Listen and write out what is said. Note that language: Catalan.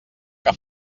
que